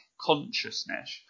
consciousness